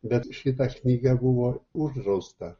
bet šita knyga buvo uždrausta